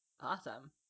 Awesome